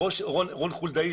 רון חולדאי,